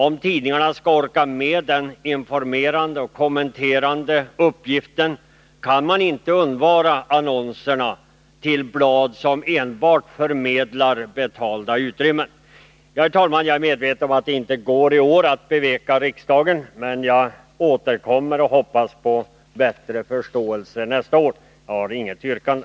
Om tidningarna skall orka med den informerande och kommenterande uppgiften kan man inte undvara annonserna till blad som enbart förmedlar betalda utrymmen. Herr talman! Jag är medveten om att det i år inte går att beveka riksdagen, men jag återkommer och hoppas på bättre förståelse nästa år. Jag har inget yrkande.